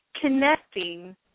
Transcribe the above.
connecting